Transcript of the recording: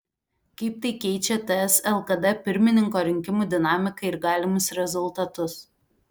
kaip tai keičia ts lkd pirmininko rinkimų dinamiką ir galimus rezultatus